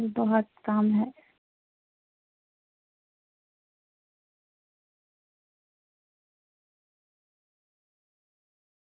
mega pixel بارہ mega pixel ہو گیا اس کا ڈبل کیمرہ ہے اور سٹ اپ اس کا بارہ فکسل بارہ میگا فکسل کا ہے اور اس کا فور کے کا ویڈیو ریکارڈنگ ہے اس کی سپوٹڈ